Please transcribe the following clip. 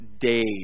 days